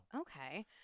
Okay